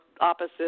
opposite